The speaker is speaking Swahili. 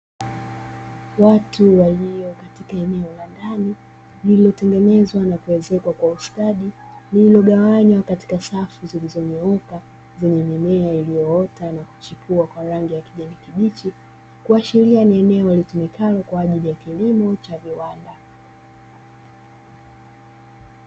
Watu walio katika eneo la ndani, lililotengenezwa na kuezekwa kwa ustadi, lililogawanywa katika safu zilizonyooka, zenye mimea iliyoota na kuchipua kwa rangi ya kijani kibichi. Kuashiria ni eneo litumikalo kwa ajili ya kilimo cha viwanda.